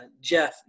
Jeff